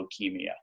leukemia